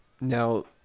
Now